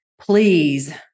please